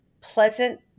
pleasant